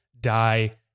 Die